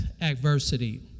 adversity